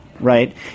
right